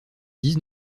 dix